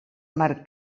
mar